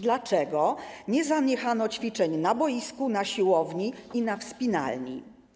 Dlaczego nie zaniechano ćwiczeń na boisku, na siłowni i na wspinalni?